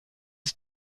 ich